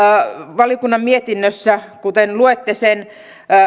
valiokunnan mietinnössä kuten luette siitä